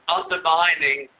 undermining